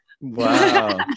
Wow